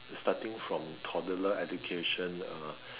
the starting from toddler education uh